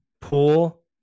pool